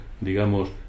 digamos